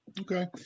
Okay